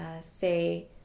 say